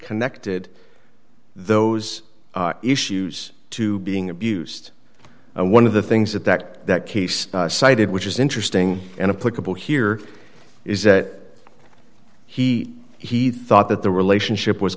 connected those issues to being abused and one of the things that that that case cited which is interesting and a political here is that he he thought that the relationship was